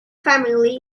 family